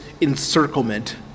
encirclement